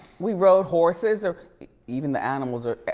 we rode horses, or even the animals are,